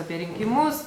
apie rinkimus